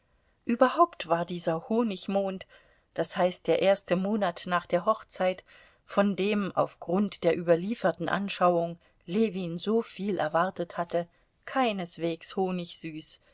überhaupt war dieser honigmond das heißt der erste monat nach der hochzeit von dem auf grund der überlieferten anschauung ljewin soviel erwartet hatte keineswegs honigsüß